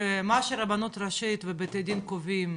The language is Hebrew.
שמה שהרבנות הראשית ובתי הדין קובעים